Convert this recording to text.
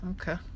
okay